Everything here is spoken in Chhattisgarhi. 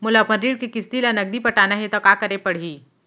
मोला अपन ऋण के किसती ला नगदी पटाना हे ता का करे पड़ही?